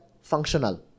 functional